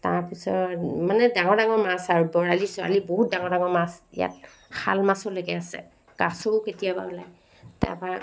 তাৰপিছত মানে ডাঙৰ ডাঙৰ মাছ আৰু বৰালি চৰালি বহুত ডাঙৰ ডাঙৰ মাছ ইয়াত শাল মাছ লৈকে আছে কাছও কেতিয়াবা ওলায় তাৰপৰা